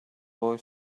boy